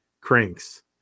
cranks